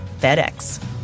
FedEx